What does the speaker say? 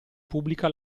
pubblica